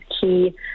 key